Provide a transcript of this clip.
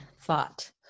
thought